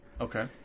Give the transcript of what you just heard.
Okay